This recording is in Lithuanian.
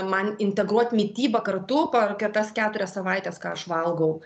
man integruot mitybą kartu per kitas keturias savaites ką aš valgau